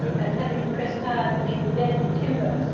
and having to press hard which will dint your timber,